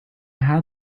had